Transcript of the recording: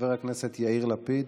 חבר הכנסת יאיר לפיד,